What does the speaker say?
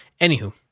Anywho